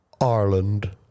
Ireland